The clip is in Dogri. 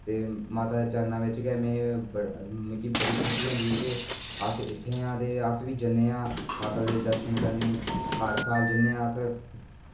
ते माता दे चरणें बिच गै मिगी बड़ी खुशी होंदी ऐ कि अस इत्थै आं ते अस बी जन्ने आं माता दे दर्शन करने गी हर साल जन्ने आं अस